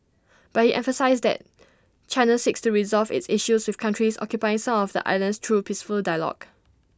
but he emphasised that China seeks to resolve its issues with countries occupying some of the islands through peaceful dialogue